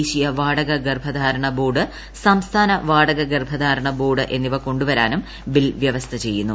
ദേശീയ വാടക ഗർഭധാരണ ബോർഡ് സംസ്ഥാന വാടകഗർഭധാരണ ബോർഡ് എന്നിവ കൊണ്ടുവരാനും ബിൽ വ്യവസ്ഥ ചെയ്യുന്നു